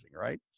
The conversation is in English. right